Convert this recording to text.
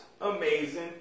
amazing